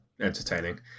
entertaining